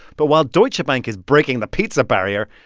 but while deutsche bank is breaking the pizza barrier,